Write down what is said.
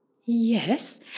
Yes